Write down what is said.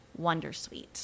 wondersuite